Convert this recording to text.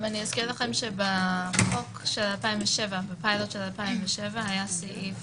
אזכיר שבפילוט של 2007 היה סעיף